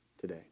today